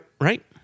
right